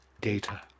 data